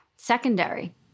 Secondary